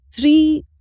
three